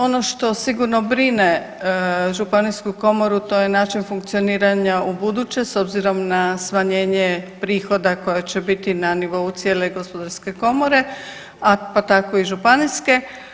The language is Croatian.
Ono što sigurno brine Županijsku komoru to je način funkcioniranja u buduće s obzirom na smanjenje prihoda koje će biti na nivou cijele Gospodarske komore, pa tako i županijske.